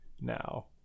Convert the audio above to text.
now